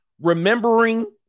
remembering